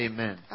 Amen